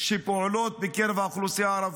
שפועלות בקרב האוכלוסייה הערבית.